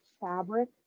fabric